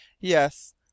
Yes